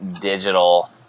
digital